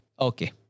Okay